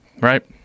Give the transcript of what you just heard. right